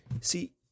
see